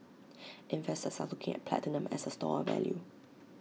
investors are looking at platinum as A store of value